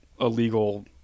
illegal